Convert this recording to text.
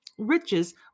riches